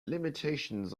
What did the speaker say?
limitations